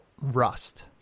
Rust